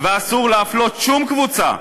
ואסור להפלות שום קבוצה.